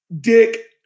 Dick